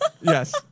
Yes